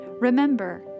remember